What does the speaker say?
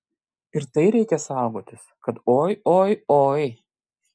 ir tai reikia saugotis kad oi oi oi